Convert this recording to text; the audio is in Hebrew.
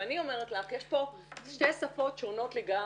ואני אומרת לך, יש שתי שפות שונות לגמרי.